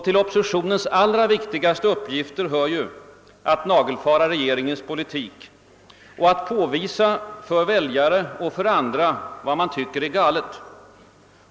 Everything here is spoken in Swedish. Till oppositionens viktigaste uppgifter hör ju att nagelfara regeringens politik och att påvisa för väljare och andra vad man tycker är galet.